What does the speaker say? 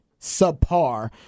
subpar